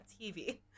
TV